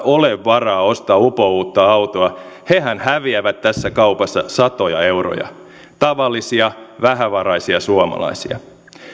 ole varaa ostaa upouutta autoa häviävät tässä kaupassa satoja euroja tavallisia vähävaraisia suomalaisia